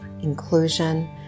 inclusion